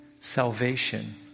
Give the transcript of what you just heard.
Salvation